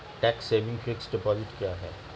Tax saving fixed deposit क्या है?